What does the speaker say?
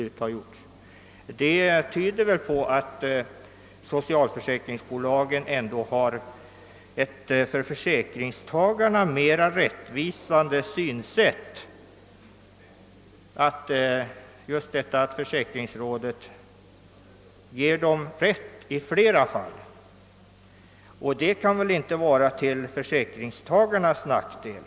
Det tyder väl på att socialförsäkringsbolagen har ett för försäkringstagarna mera rättvisande synsätt när försäkringsrådet ger dem rätt i flera fall. Det kan inte vara till försäkringstagarnas nackdel.